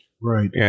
right